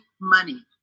money